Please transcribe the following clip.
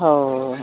ᱦᱳᱭ